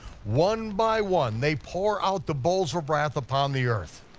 one by one, they pour out the bowls of wrath upon the earth.